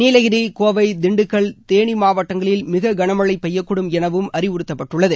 நீலகிரி கோவை திண்டுக்கல் தேனி மாவட்டங்களில் மிக கனமழை பெய்யக்கூடும் எனவும் அறிவுறுத்தப்பட்டுள்ளது